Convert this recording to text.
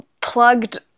plugged